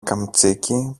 καμτσίκι